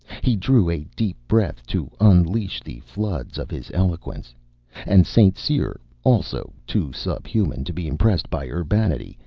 he drew a deep breath to unlease the floods of his eloquence and st. cyr, also too subhuman to be impressed by urbanity,